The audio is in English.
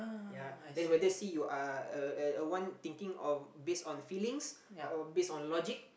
ya then whether see you are a a one thinking of based on feelings or based on logic